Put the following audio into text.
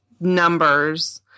numbers